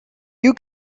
you